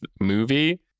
movie